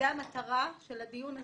זו המטרה של הדיון הזה.